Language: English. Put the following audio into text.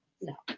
No